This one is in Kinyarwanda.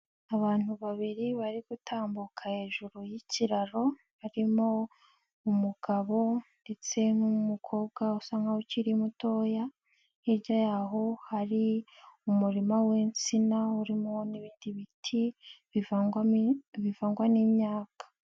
Nbantu babiri bari gutambuka hejuru y'ikiraro, harimo umugabo ndetse n'umukobwa usa nk'aho ukiri mutoya, hirya y'aho hari umurima w'insina, urimo n'ibindi biti bivangwa n'imyaka.